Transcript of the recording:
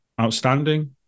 outstanding